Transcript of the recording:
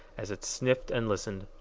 as it sniffed and listened.